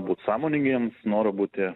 būt sąmoningiems noro būti